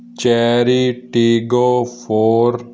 Chery Tiggo four